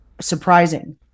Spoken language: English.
surprising